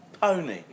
pony